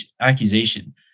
accusation